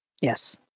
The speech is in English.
Yes